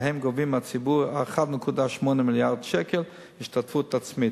והן גובות מהציבור 1.8 מיליארד שקל השתתפות עצמית.